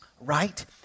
right